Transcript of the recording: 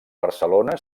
barcelona